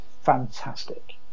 fantastic